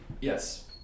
Yes